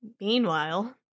Meanwhile